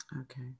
Okay